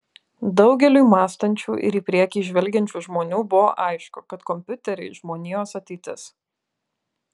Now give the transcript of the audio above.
daugeliui mąstančių ir į priekį žvelgiančių žmonių buvo aišku kad kompiuteriai žmonijos ateitis